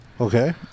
okay